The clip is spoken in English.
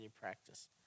practice